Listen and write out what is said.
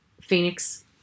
Phoenix